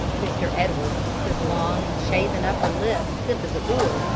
mr. edwards, his long, shaven upper lip stiff as a board,